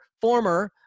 former